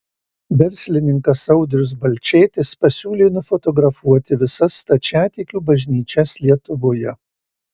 verslininkas audrius balčėtis pasiūlė nufotografuoti visas stačiatikių bažnyčias lietuvoje